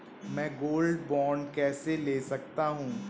मैं gold bond कैसे ले सकता हूँ?